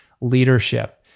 leadership